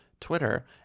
Twitter